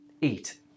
eat